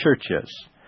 churches